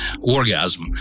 orgasm